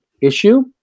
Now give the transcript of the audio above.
issue